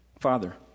Father